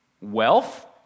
wealth